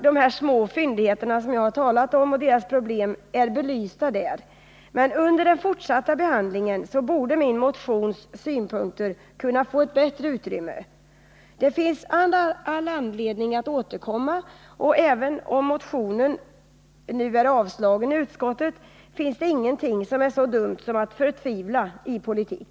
De små fyndigheternas problem är väl knappast belysta där, men under den fortsatta behandlingen borde synpunkterna i min motion kunna få ett bättre utrymme. Även om min motion har avstyrkts av utskottet, så finns det all anledning att återkomma till den här frågan, för det finns ingenting som är så dumt som att förtvivla i politik.